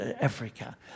Africa